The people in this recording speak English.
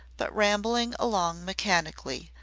but rambling along mechanically,